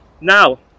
now